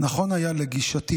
נכון היה לגישתי,